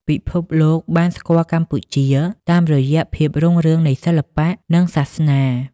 ពិភពលោកបានស្គាល់កម្ពុជាតាមរយៈភាពរុងរឿងនៃសិល្បៈ និងសាសនា។